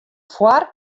foar